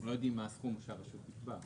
לא יודעים מה הסכום שהרשות תקבע.